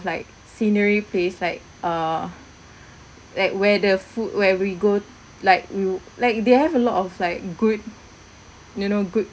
like scenery place like uh like where the food where we go like you like they have a lot of like good no no good